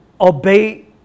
obey